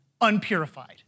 unpurified